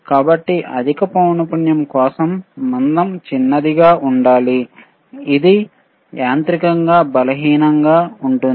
కాబట్టి అధిక పౌనపున్యం కోసం మందం చిన్నదిగా ఉండాలి ఇది యాంత్రికంగా బలహీనంగా ఉంటుంది